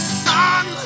sun